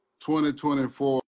2024